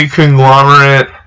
conglomerate